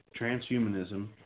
transhumanism